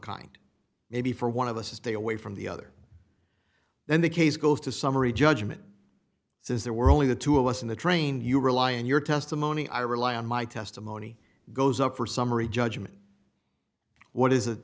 kind maybe for one of us to stay away from the other then the case goes to summary judgment since there were only the two of us in the train you rely on your testimony i rely on my testimony goes up for summary judgment what is a